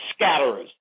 scatterers